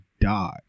die